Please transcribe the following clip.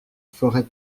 forêt